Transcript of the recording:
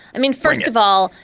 i mean, first of all,